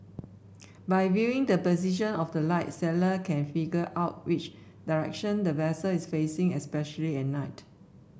by viewing the position of the light sailor can figure out which direction the vessel is facing especially at night